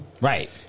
Right